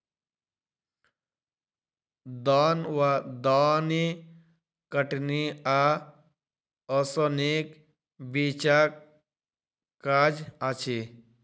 दौन वा दौनी कटनी आ ओसौनीक बीचक काज अछि